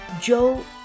Joe